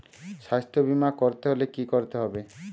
স্বাস্থ্যবীমা করতে হলে কি করতে হবে?